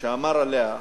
שאמר עליה: